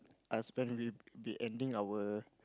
I spend we'll be ending our